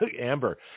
Amber